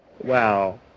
Wow